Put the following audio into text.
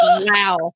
Wow